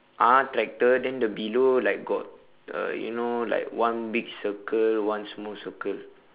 ah tractor then the below like got uh you know like one big circle one small circle